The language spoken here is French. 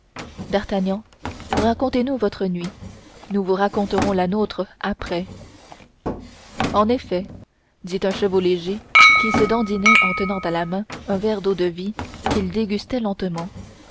d'artagnan racontez-nous votre nuit nous vous raconterons la nôtre après en effet dit un chevau léger qui se dandinait en tenant à la main un verre d'eau-de-vie qu'il dégustait lentement